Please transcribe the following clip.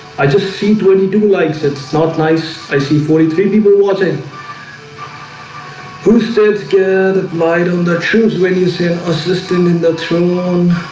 i just see twenty two likes it's not nice. i see forty three people watching who said scared light of the troops when you see assistant in the throne